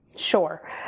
Sure